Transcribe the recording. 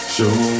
Show